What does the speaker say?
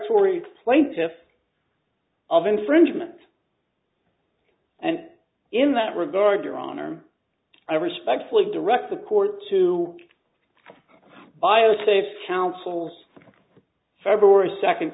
tory plaintiffs of infringement and in that regard your honor i respectfully direct the court to biosafety counsel's february second